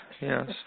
Yes